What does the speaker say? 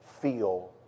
feel